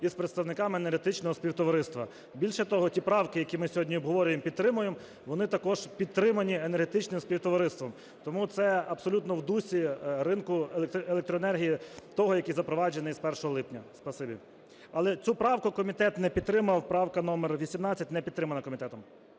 із представниками Енергетичного Співтовариства. Більше того, ті правки, які ми сьогодні обговорюємо, підтримуємо, вони також підтримані Енергетичним співтовариством. Тому це абсолютно в дусі ринку електроенергії того, який запроваджений з 1 липня. Спасибі. Але цю правку комітет не підтримав. Правка номер 18 не підтримана комітетом.